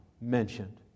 mentioned